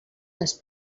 les